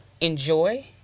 enjoy